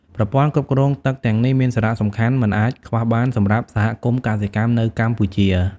ប្រព័ន្ធគ្រប់គ្រងទឹកទាំងនេះមានសារៈសំខាន់មិនអាចខ្វះបានសម្រាប់សហគមន៍កសិកម្មនៅកម្ពុជា។